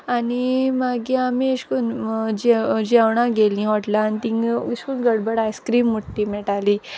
आनी मागी आमी अेश कोन्न जेवणां गेलीं हॉट्लांत आनी तींग अेश कोन्न गडबड आयस्क्रीम मुट ती मेटाली